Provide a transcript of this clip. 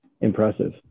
impressive